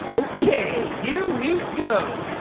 okay, here we go.